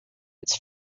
its